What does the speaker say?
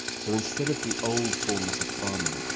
so, instead of the old forms of farming,